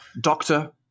doctor